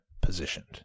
positioned